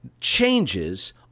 changes